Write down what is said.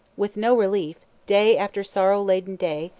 with no relief, day after sorrow-laden day,